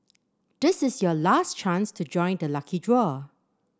this is your last chance to join the lucky draw